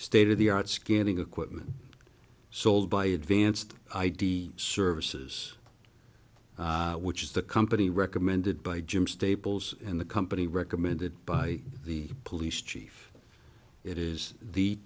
state of the art scanning equipment sold by advanced i d services which is the company recommended by jim staples and the company recommended by the police chief it is the